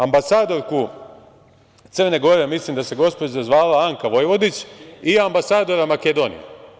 Ambasadorku Crne Gore, mislim da se gospođa zvala Anka Vojvodić i ambasadora Makedonije.